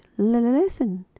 listen!